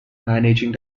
managing